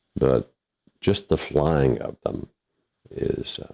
but just the flying of them is,